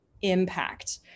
impact